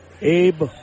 Abe